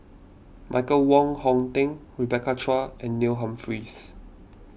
Michael Wong Hong Teng Rebecca Chua and Neil Humphreys